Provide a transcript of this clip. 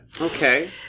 okay